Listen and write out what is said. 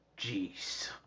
Jeez